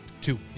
two